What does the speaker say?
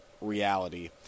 reality